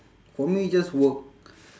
for me just work